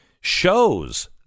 shows